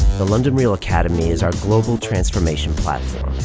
the london real academy is our global transformation platform.